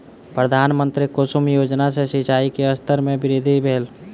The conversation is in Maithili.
प्रधानमंत्री कुसुम योजना सॅ सिचाई के स्तर में वृद्धि भेल